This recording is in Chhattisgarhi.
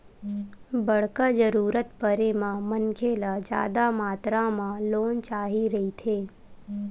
बड़का जरूरत परे म मनखे ल जादा मातरा म लोन चाही रहिथे